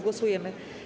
Głosujemy.